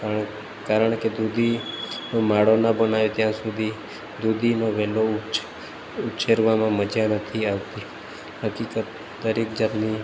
કારણ કારણ કે દૂધી નો માળો ના બનાવીએ ત્યાં સુધી દૂધીનો વેલો ઉછ ઉછેરવામાં મજા નથી આવતી હકીકત દરેક જાતની